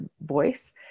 voice